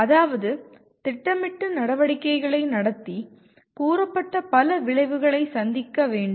அதாவது திட்டமிட்டு நடவடிக்கைகளை நடத்தி கூறப்பட்ட பல விளைவுகளைச் சந்திக்க வேண்டும்